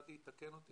גדי, תקן אותי.